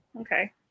okay